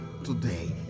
today